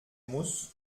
muss